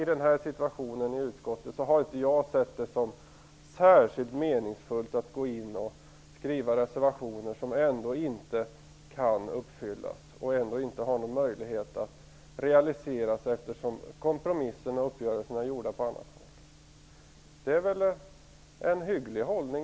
I den situation som har rått i utskottet har jag dock inte sett det som särskilt meningsfullt att avge reservationer. Sådana hade ändå inte kunnat få effekt, eftersom uppgörelserna och kompromisserna har gjorts på annat håll. Jag tycker att det är en hygglig hållning.